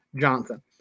Johnson